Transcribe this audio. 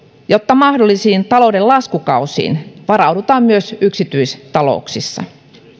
jotta mahdollisiin talouden laskukausiin varaudutaan myös yksityistalouksissa